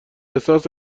احساس